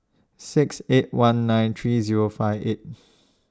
six eight one nine three Zero five eight